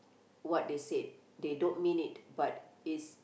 what they said they don't mean it but is